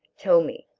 tell me,